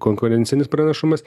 konkurencinis pranašumas